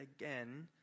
again